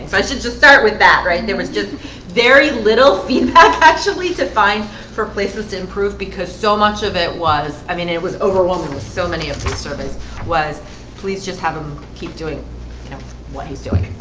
i should just start with that, right? there was just very little feedback actually to find four places to improve because so much of it was i mean it was overwhelming with so many of these service was please just have him keep doing you know what he's doing?